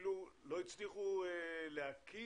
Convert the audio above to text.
שאפילו לא הצליחו להקים,